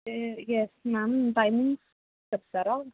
yes ma'am timing చెప్తారా